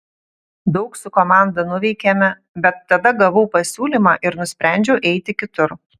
daug su komanda nuveikėme bet tada gavau pasiūlymą ir nusprendžiau eiti kitur